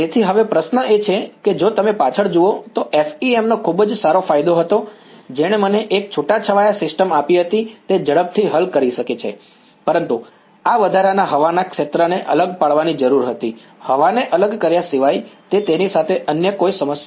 તેથી હવે પ્રશ્ન એ છે કે જો તમે પાછળ જુઓ તો FEM નો ખૂબ જ સારો ફાયદો હતો જેણે મને એક છૂટાછવાયા સિસ્ટમ આપી હતી તે ઝડપથી હલ કરી શકે છે પરંતુ આ વધારાના હવાના ક્ષેત્રને અલગ પાડવાની જરૂર હતી હવાને અલગ કરવા સિવાય તે તેની સાથેની અન્ય કોઈ સમસ્યા હતી